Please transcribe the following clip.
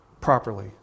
properly